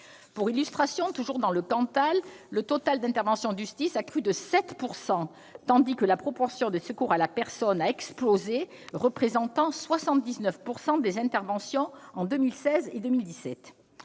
Pour illustration, toujours dans le Cantal, le nombre total d'interventions du SDIS a crû de 7 %, tandis que la proportion des secours à la personne a explosé, représentant 79 % des interventions, entre 2016 et 2017.